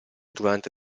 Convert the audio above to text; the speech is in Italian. durante